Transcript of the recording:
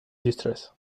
distress